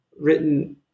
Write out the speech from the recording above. written